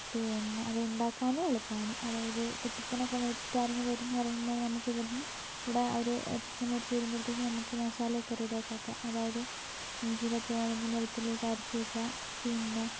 പിന്നെ അത് ഉണ്ടാക്കാനും എളുപ്പമാണ് അതായത് ഇപ്പം ചിക്കൻ ഒക്കെ മേടിച്ചിട്ട് ആരെങ്കിലും വരും എന്ന് പറയുമ്പോൾ നമുക്ക് ഇവിടുന്ന് ഇവിടെ അവർ ചിക്കൻ മേടിച്ച് വരുമ്പോഴത്തേക്ക് നമുക്ക് മസാല ഒക്കെ റെഡി ആക്കി വയ്ക്കാം അതായത് ഇഞ്ചി പച്ചമുളക് വെളുത്തുള്ളി ഒക്കെ അരച്ച് വയ്ക്കാം പിന്നെ